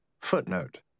Footnote